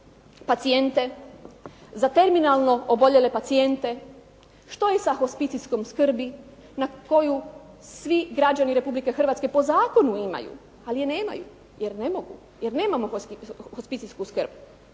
pacijente, za terminalno oboljele pacijente, što je sa hospicijskom skrbi, na koju svi građani Republike Hrvatske po zakonu imaju, ali je nemaju, jer ne mogu, jer nemamo hospicijsku skrb.